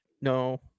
No